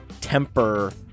temper